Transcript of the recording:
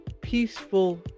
peaceful